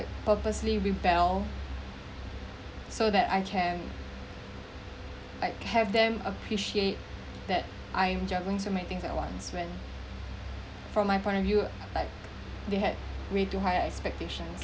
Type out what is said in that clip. purposely rebel so that I can like have them appreciate that I'm juggling so many things at once when from my point of view like they had way to high expectations